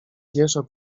pieszo